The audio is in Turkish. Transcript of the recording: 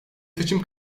seçim